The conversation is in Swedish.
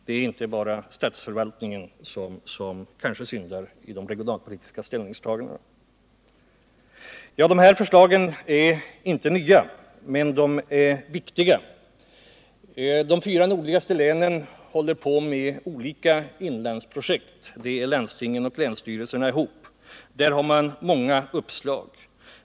Det är inte bara statsförvaltningen som syndar i de regionalpolitiska ställningstagandena. De här förslagen är inte nya, men de är viktiga. I de fyra nordligaste länen håller landstingen och länsstyrelserna på med olika inlandsprojekt. Det finns många uppslag.